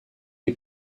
les